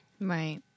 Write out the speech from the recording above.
Right